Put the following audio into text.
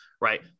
right